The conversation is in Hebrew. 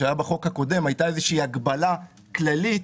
שהיה בחוק הקודם הייתה איזושהי הגבלה כללית.